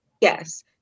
Yes